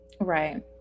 Right